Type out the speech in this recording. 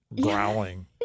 growling